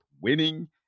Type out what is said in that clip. winning